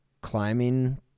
climbing